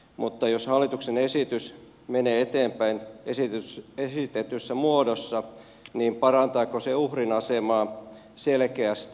mutta jos hallituksen esitys menee eteenpäin esitetyssä muodossa niin parantaako se uhrin asemaa selkeästi